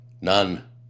none